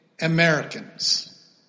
Americans